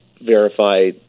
verify